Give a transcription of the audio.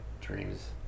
dreams